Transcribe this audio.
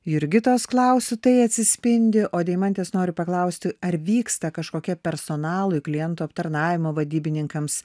jurgitos klausiu tai atsispindi o deimantės noriu paklausti ar vyksta kažkokia personalui kliento aptarnavimo vadybininkams